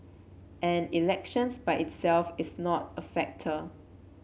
and elections by itself is not a factor